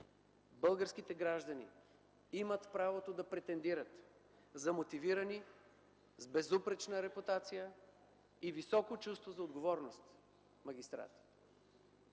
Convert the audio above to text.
Българските граждани имат правото да претендират за мотивирани, с безупречна репутация и високо чувство за отговорност магистрати.